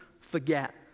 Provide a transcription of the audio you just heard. forget